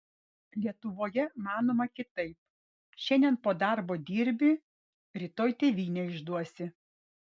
lietuvoje manoma kitaip šiandien po darbo dirbi rytoj tėvynę išduosi